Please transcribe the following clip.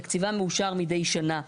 תקציבן מאושר מידי שנה.